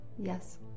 Yes